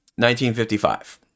1955